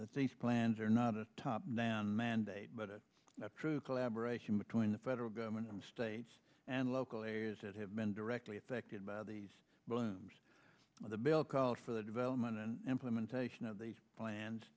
these plans are not a top down mandate but that true collaboration between the federal government and states and local areas that have been directly affected by these balloons the bill calls for the development and implementation of these plans